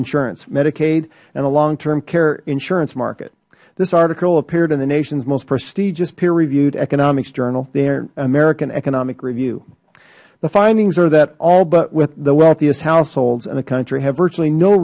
insurance medicaid and a long term care insurance market this article appeared in the nations most prestigious peer reviewed economics journal american economic review the findings are that all but the wealthiest households in the country have virtually no